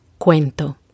cuento